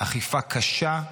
אכיפה קשה,